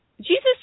Jesus